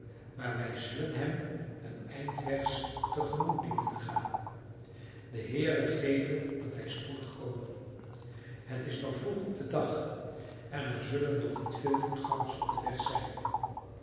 maar wij zullen hem een eind wegs te gemoet dienen te gaan de heere geve dat hij spoedig kome het is nog vroeg op den dag en er zullen nog niet veel voetgangers op den weg zijn